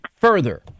further